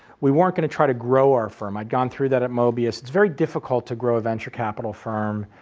we weren't going to try to grow our firm. i had gone through that at mobius, it's very difficult to grow a venture capital firm.